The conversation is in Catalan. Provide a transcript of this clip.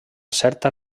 certa